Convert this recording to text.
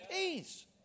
peace